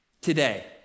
today